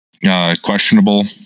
Questionable